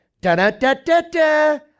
Da-da-da-da-da